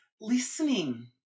listening